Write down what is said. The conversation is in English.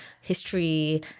history